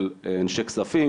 של אנשי כספים,